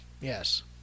yes